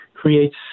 creates